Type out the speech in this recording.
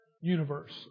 universe